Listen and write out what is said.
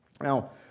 Now